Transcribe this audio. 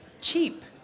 cheap